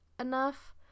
enough